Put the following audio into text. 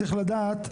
צריך לדעת,